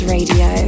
Radio